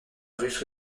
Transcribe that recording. russo